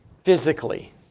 Physically